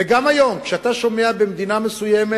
וגם היום כשאתה שומע במדינה מסוימת,